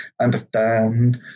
understand